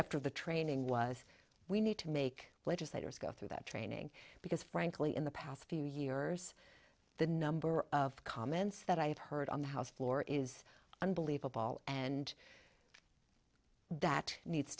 after the training was we need to make legislators go through that training because frankly in the past few years the number of comments that i have heard on the house floor is unbelievable and that needs